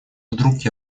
вдруг